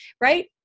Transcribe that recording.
right